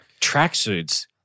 tracksuits